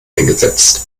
eingesetzt